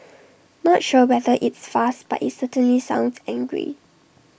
not sure whether it's fast but IT certainly sounds angry